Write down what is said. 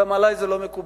זה גם עלי לא מקובל.